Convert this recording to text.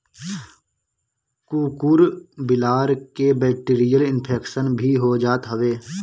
कुकूर बिलार के बैक्टीरियल इन्फेक्शन भी हो जात हवे